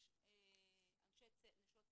כשיש נשות צוות,